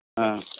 ᱦᱮᱸ